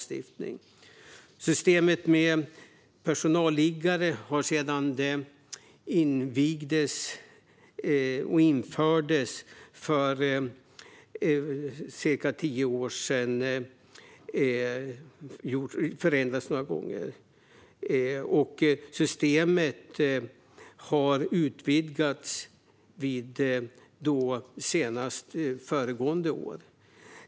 Systemet med personalliggare har förändrats några gånger sedan det infördes för cirka tio år sedan. Systemet har utvidgats, senast föregående år.